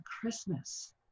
Christmas